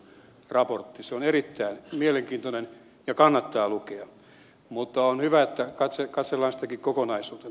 se on erittäin mielenkiintoinen ja kannattaa lukea mutta on hyvä että katsellaan sitäkin kokonaisuutena